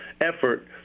effort